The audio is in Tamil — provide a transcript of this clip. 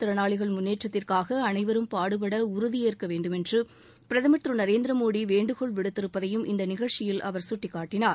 திறனாளிகள் முன்னேற்றத்திற்காகஅனைவரும் பாடுபடஉறுதியேற்கவேண்டுமென்றபிரதமர் மாற்றத் திருநரேந்திரமோடிவேண்டுகோள் விடுத்திருப்பதையும் இந்தநிகழ்ச்சியில் அவர் சுட்டிக்காட்டினார்